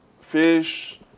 Fish